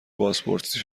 بازپرسی